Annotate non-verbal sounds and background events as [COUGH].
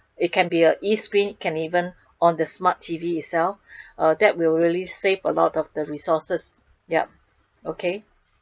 it can be a E screen can even [BREATH] on the smart T_V itself [BREATH] uh that will really save a lot of resources yup okay